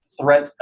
threat